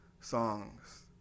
songs